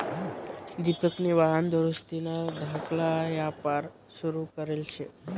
दिपकनी वाहन दुरुस्तीना धाकला यापार सुरू करेल शे